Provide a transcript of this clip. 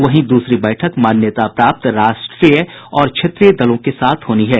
वहीं दूसरी बैठक मान्यता प्राप्त राष्ट्रीय और क्षेत्रीय दलों के साथ होनी है